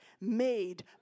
made